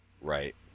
Right